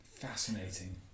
Fascinating